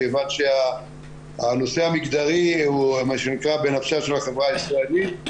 מכיוון שהנושא המגדרי הוא בנפשה של החברה הישראלית.